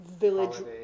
village